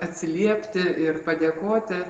atsiliepti ir padėkoti